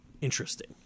interesting